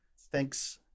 Thanks